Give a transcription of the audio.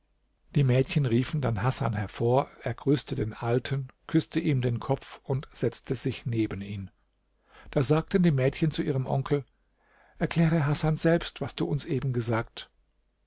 die mädchen riefen dann hasan hervor er grüßte den alten küßte ihm den kopf und setzte sich neben ihn da sagten die mädchen zu ihrem onkel erkläre hasan selbst was du uns eben gesagt